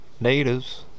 natives